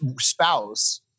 spouse